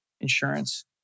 insurance